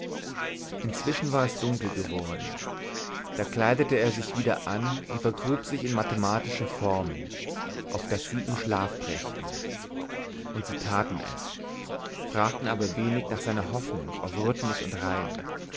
inzwischen war es dunkel geworden da kleidete er sich wieder an und vergrub sich in mathematische formeln auf daß sie ihm schlaf brächten und sie taten es fragten aber wenig nach seiner hoffnung auf rhythmus und reim